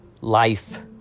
Life